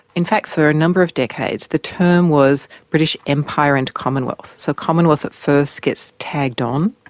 in fact for a number of decades the term was british empire and commonwealth, so commonwealth at first gets tagged on.